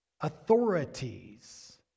authorities